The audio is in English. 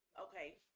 okay